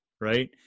right